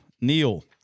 Neil